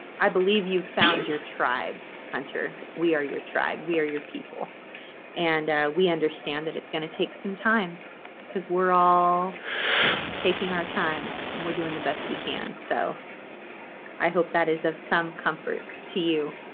i believe you've found your tribe hunter. we are your tribe. we are your people and we understand that it's going to take some time because we're all taking our time and we're doing the best we can. so i hope that is of some comfort to you